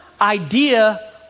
idea